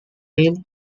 rail